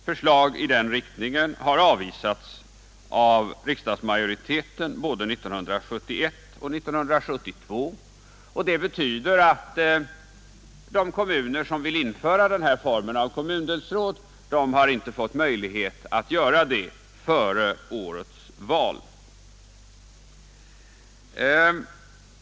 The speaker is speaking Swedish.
Förslag i den riktningen har avvisats av riksdagsmajoriteten både 1971 och 1972, och det betyder att de kommuner som vill införa den här formen av kommundelsråd har inte fått möjlighet att göra det före årets val.